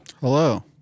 Hello